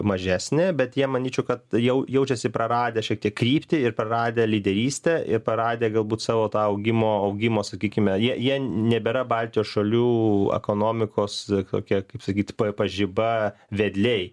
mažesnė bet jie manyčiau kad jau jaučiasi praradę šiek tiek kryptį ir praradę lyderystę ir paradę galbūt savo tą augimo augimo sakykime jie jie nebėra baltijos šalių ekonomikos kokia kaip sakyt papažiba vedliai